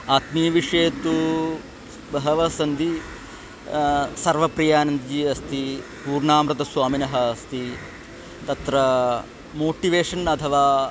आत्मीयविषयाः तु बहवः सन्ति सर्वप्रियानन्दजी अस्ति पूर्णामृतस्वामिनः अस्ति तत्र मोट्टिवेशन् अथवा